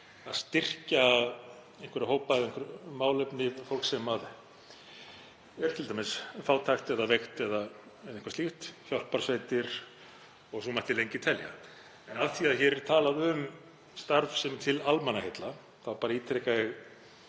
að styrkja einhverja hópa, einhver málefni, fólk sem er t.d. fátækt eða veikt eða eitthvað slíkt, hjálparsveitir og svo mætti lengi telja. En af því að hér er talað um starf sem er til almannaheilla þá bara ítreka ég